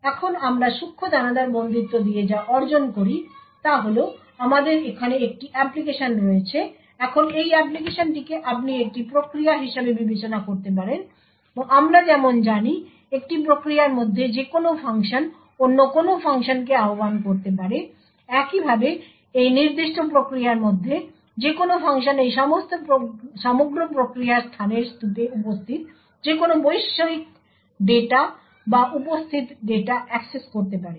এখন আমরা সূক্ষ্ম দানাদার বন্দিত্ব দিয়ে যা অর্জন করি তা হল আমাদের এখানে একটি অ্যাপ্লিকেশন রয়েছে এখন এই অ্যাপ্লিকেশনটিকে আপনি একটি প্রক্রিয়া হিসাবে বিবেচনা করতে পারেন এবং আমরা যেমন জানি একটি প্রক্রিয়ার মধ্যে যে কোনও ফাংশন অন্য কোনও ফাংশনকে আহ্বান করতে পারে একইভাবে এই নির্দিষ্ট প্রক্রিয়ার মধ্যে যে কোনও ফাংশন এই সমগ্র প্রক্রিয়ার স্থানের স্তুপে উপস্থিত যেকোন বৈশ্বিক ডেটা বা উপস্থিত ডেটা অ্যাক্সেস করতে পারে